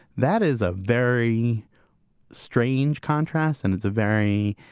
that is a very strange contrast and it's a very,